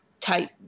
type